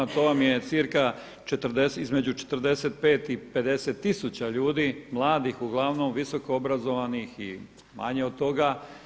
To vam je cirka između 45 i 50000 ljudi mladih uglavnom, visoko obrazovanih i manje od toga.